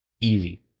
easy